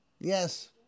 Yes